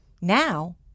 Now